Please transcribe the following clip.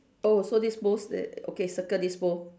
oh so this bowl's the~ okay circle this bowl